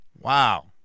Wow